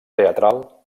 teatral